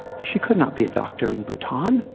she could not be a doctor in bhutan.